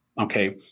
Okay